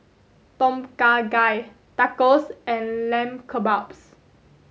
Tom Kha Gai Tacos and Lamb Kebabs